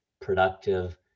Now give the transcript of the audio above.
productive